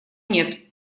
нет